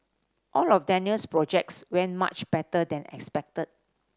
all of Daniel's projects went much better than expected